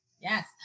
yes